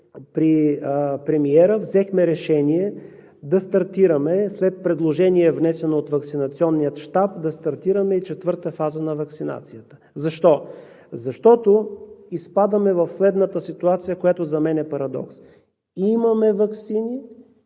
при премиера взехме решение след предложение, внесено от Ваксинационния щаб, да стартираме и четвърта фаза на ваксинацията. Защо? Защото изпадаме в следната ситуация, която за мен е парадокс. Имаме ваксини,